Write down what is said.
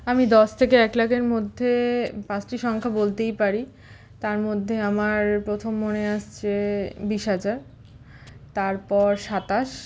আমি দশ থেকে এক লাখের মধ্যে পাঁচটি সংখ্যা বলতেই পারি তার মধ্যে আমার প্রথম মনে আসছে বিশ হাজার তারপর সাতাশ